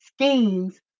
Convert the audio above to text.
schemes